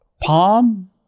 Palm